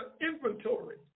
inventory